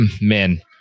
man